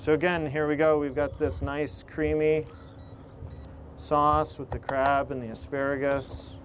so again here we go we've got this nice creamy saw us with the crab in the asparagus